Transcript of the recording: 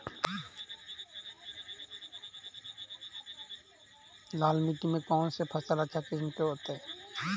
लाल मिट्टी में कौन से फसल अच्छा किस्म के होतै?